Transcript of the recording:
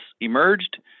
emerged